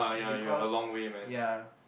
because ya